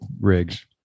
rigs